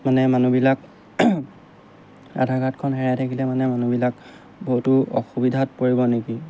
মানে মানুহবিলাক আধাৰ কাৰ্ডখন হেৰাই থাকিলে মানে মানুহবিলাক বহুতো অসুবিধাত পৰিব নেকি